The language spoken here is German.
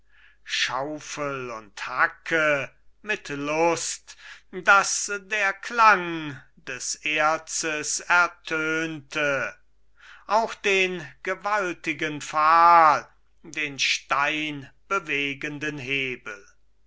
schaufel und hacke mit lust daß der klang des erzes ertönte auch den gewaltigen pfahl den steinbewegenden hebel